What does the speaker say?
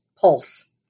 pulse